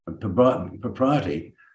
propriety